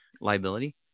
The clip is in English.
liability